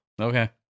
Okay